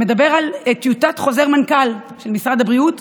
שמדבר על טיוטת חוזר מנכ"ל של משרד הבריאות